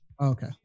Okay